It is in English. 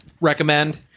Recommend